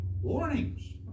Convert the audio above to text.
warnings